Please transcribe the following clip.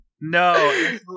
no